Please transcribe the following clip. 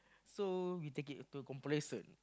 so we take it into complacent